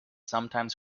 sometimes